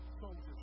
soldiers